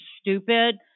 stupid